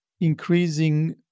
increasing